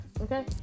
okay